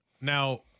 now